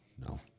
No